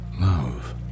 love